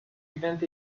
event